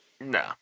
No